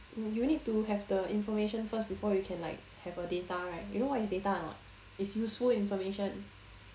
mm you need to have the information first before you can like have a data right you know what is data or not it's useful information